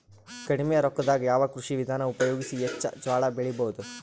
ಕಡಿಮಿ ರೊಕ್ಕದಾಗ ಯಾವ ಕೃಷಿ ವಿಧಾನ ಉಪಯೋಗಿಸಿ ಹೆಚ್ಚ ಜೋಳ ಬೆಳಿ ಬಹುದ?